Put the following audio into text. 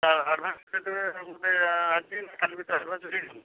advance ଟା ଆଜି କି କାଲି ଭିତରେ ଆଡ଼ଭାନ୍ସ୍ ଦେଇଦିଅନ୍ତୁ